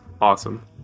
awesome